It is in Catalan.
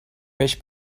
peix